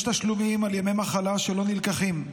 יש תשלומים על ימי מחלה שלא נלקחים,